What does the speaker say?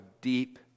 deep